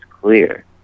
clear